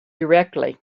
directly